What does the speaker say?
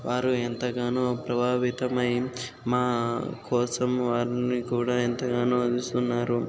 వారు ఎంతగానో ప్రభావితమై మా కోసం వారిని కూడా ఎంతగానో అందిస్తున్నారు